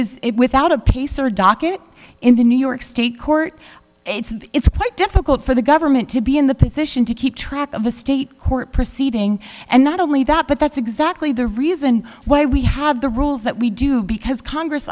is it without a pacer docket in the new york state court it's quite difficult for the government to be in the position to keep track of a state court proceeding and not only that but that's exactly the reason why we have the rules that we do because congress